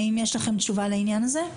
האם יש לכם תשובה על העניין הזה?